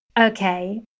Okay